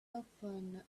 often